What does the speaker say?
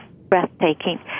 breathtaking